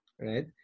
right